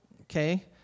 Okay